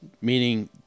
meaning